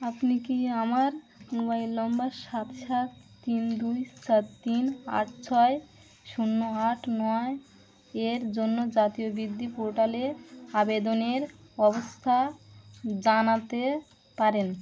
আপনি কি আমার মোবাইল নম্বর সাত সাত তিন দুই সাত তিন আট ছয় শূন্য আট নয় এর জন্য জাতীয় বৃদ্ধি পোর্টালে আবেদনের অবস্থা জানাতে পারেন